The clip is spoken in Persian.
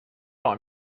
راه